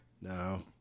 No